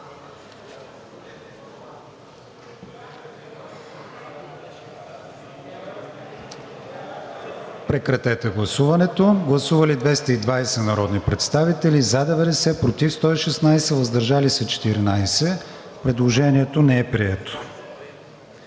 сме за гласуване. Гласували 223 народни представители: за 87, против 121, въздържали се 15. Предложението не е прието.